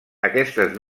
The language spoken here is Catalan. aquestes